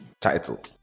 title